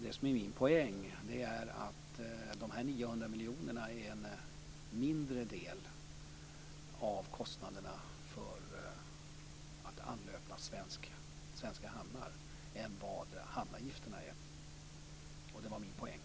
Det som är min poäng är att dessa 900 miljoner utgör en mindre del av kostnaderna för att anlöpa svenska hamnar än vad hamnavgifterna gör. Det var min poäng.